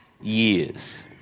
years